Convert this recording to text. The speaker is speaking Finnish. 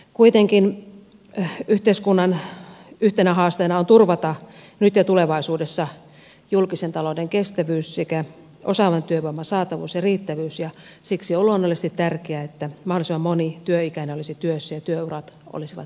kuitenkin yhteiskunnan yhtenä haasteena on turvata nyt ja tulevaisuudessa julkisen talouden kestävyys sekä osaavan työvoiman saatavuus ja riittävyys ja siksi on luonnollisesti tärkeää että mahdollisimman moni työikäinen olisi työssä ja työurat olisivat pidempiä